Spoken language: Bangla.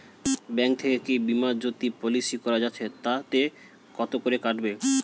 ব্যাঙ্ক থেকে কী বিমাজোতি পলিসি করা যাচ্ছে তাতে কত করে কাটবে?